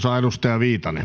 arvoisa